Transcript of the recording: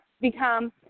become